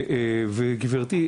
וגברתי,